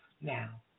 now